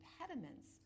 impediments